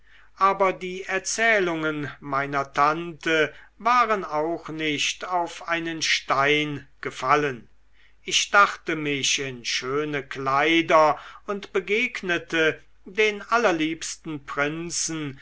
aber die erzählungen meiner tante waren auch nicht auf einen stein gefallen ich dachte mich in schöne kleider und begegnete den aller liebsten prinzen